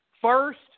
first